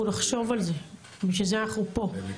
אנחנו נחשוב על זה, בשביל זה אנחנו פה.